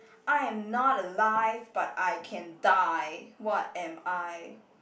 I am not alive but I can die what am I